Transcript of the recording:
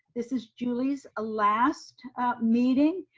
this is julie's last meeting.